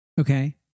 Okay